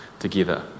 together